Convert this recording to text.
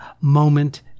moment